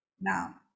Now